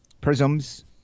Prisms